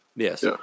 Yes